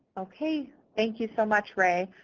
okay. thank you so much, ray.